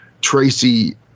Tracy